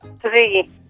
Three